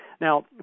Now